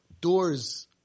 doors